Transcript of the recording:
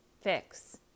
fix